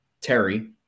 Terry